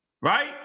right